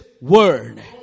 word